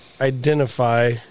identify